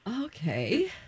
Okay